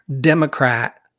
Democrat